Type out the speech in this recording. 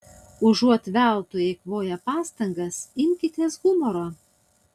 užuot veltui eikvoję pastangas imkitės humoro